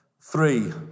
three